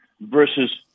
versus